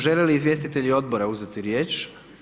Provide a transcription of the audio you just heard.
Žele li izvjestitelji odbora uzeti riječ?